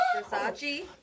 Versace